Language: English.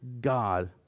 God